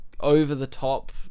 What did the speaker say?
over-the-top